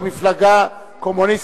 היא מפלגה קומוניסטית.